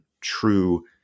true